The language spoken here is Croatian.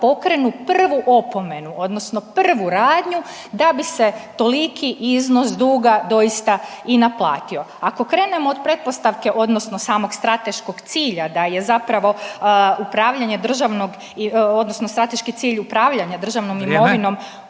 pokrenu prvu opomenu odnosno prvu radnju da bi se toliki iznos duga doista i naplatio. Ako krenemo od pretpostavke odnosno samog strateškog cilja da je zapravo upravljanje državnom odnosno strateški cilj upravljanja državnom imovinom